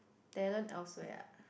talent else where ah